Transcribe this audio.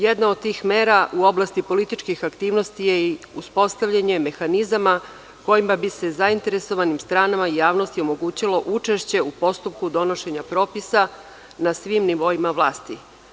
Jedna od tih mera u oblasti političkih aktivnosti je i uspostavljanje mehanizama kojima bi se zainteresovanim stranama i javnosti omogućilo učešće u postupku donošenja propisa na svim nivoima vlasti.